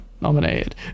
nominated